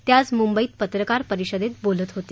ते आज मुंबईत पत्रकार परिषदेत बोलत होते